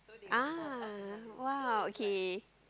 ah !wow! okay